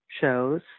shows